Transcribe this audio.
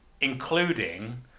including